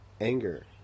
Anger